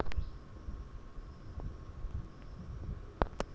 কুমড়া চাষের জইন্যে অনুখাদ্য হিসাবে কি কি সার লাগিবে?